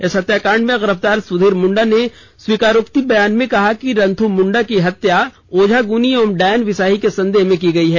इस हत्याकांड में गिरफ्तार सुधीर मुंडा ने स्वीकारोक्ति बयान में कहा है कि कि रंथ्र मुंडा की हत्या ओझा गुनी एवं डायन बिसाही के संदेह में की गई है